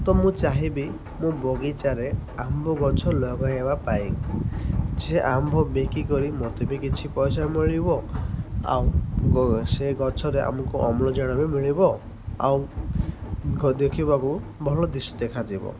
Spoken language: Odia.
ତ ମୁଁ ଚାହିଁବି ମୁଁ ବଗିଚାରେ ଆମ୍ଭ ଗଛ ଲଗାଇବା ପାଇଁ ସେ ଆମ୍ଭ ବିକିକରି ମୋତେ ବି କିଛି ପଇସା ମିଳିବ ଆଉ ସେ ଗଛରେ ଆମକୁ ଅମ୍ଳଜାନ ବି ମିଳିବ ଆଉ ଦେଖିବାକୁ ଭଲ ଦେଖାଯିବ